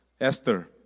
Esther